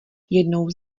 jednou